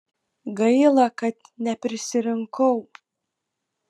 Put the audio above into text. gaila kad neprisirinkau